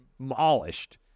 demolished